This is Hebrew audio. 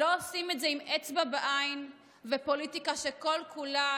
לא עושים את זה עם אצבע בעין ופוליטיקה שכל-כולה